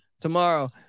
tomorrow